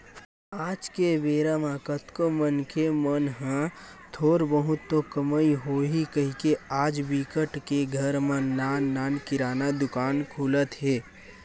आज के बेरा म कतको मनखे मन ह थोर बहुत तो कमई होही कहिके आज बिकट के घर म नान नान किराना दुकान खुलत हे